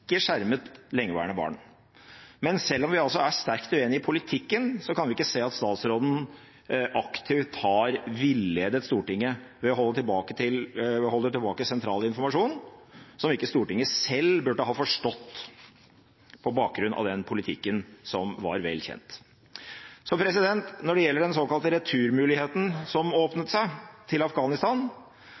skjermet lengeværende barn. Men selv om vi altså er sterkt uenige i politikken, kan vi ikke se at statsråden aktivt har villedet Stortinget ved å holde tilbake sentral informasjon som ikke Stortinget selv burde ha forstått, på bakgrunn av den politikken som var vel kjent. Når det gjelder den såkalte returmuligheten som åpnet seg til Afghanistan,